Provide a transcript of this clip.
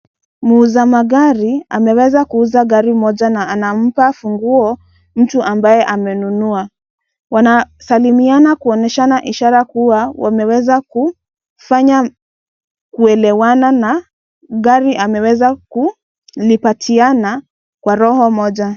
Muuza magari ameweza kuuza gari moja na anampa funguo mtu ambaye amenunua. Wanasalimiana kuonyeshana ishara kuwa wameweza kufanya kuelewana na gari ameweza kulipatiana kwa roho moja.